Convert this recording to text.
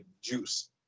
juice